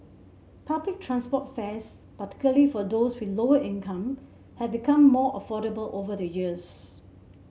public transport fares particularly for those with lower income have become more affordable over the years